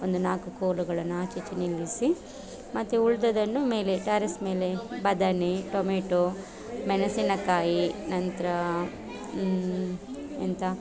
ಒಂದು ನಾಲ್ಕು ಕೋಲುಗಳನ್ನು ಆಚೆ ಈಚೆ ನಿಲ್ಲಿಸಿ ಮತ್ತು ಉಳಿದದ್ದನ್ನು ಮೇಲೆ ಟ್ಯಾರಿಸ್ ಮೇಲೆ ಬದನೆ ಟೊಮೆಟೊ ಮೆಣಸಿನ ಕಾಯಿ ನಂತರ ಎಂಥ